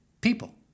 People